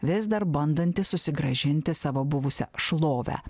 vis dar bandantis susigrąžinti savo buvusią šlovę